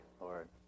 Lord